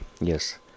Yes